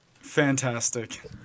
Fantastic